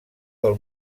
del